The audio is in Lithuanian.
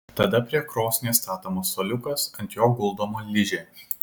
tada prie krosnies statomas suoliukas ant jo guldoma ližė